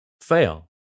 fail